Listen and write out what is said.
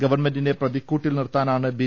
ഗവൺമെന്റിനെ പ്രതിക്കൂട്ടിൽ നിർത്താ നാണ് ബി